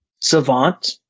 Savant